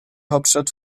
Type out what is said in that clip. hauptstadt